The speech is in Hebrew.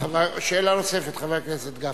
שאלה נוספת, חבר הכנסת גפני.